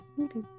Okay